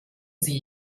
sie